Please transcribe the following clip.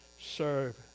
serve